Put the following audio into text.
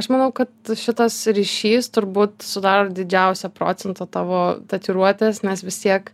aš manau kad šitas ryšys turbūt sudaro didžiausią procentą tavo tatuiruotės nes vis tiek